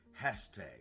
hashtag